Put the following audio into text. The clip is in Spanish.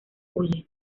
huye